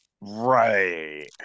right